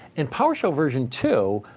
in powershell version two,